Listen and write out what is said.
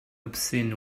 obscene